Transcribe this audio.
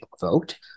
vote